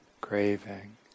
craving